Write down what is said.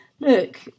Look